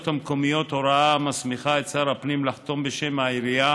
המקומיות הוראה המסמיכה את שר הפנים לחתום בשם העירייה